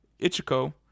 Ichiko